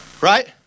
Right